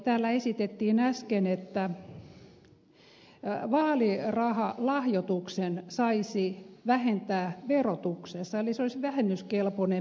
täällä esitettiin äsken että vaalirahalahjoituksen saisi vähentää verotuksessa eli se olisi vähennyskelpoinen meno